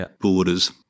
borders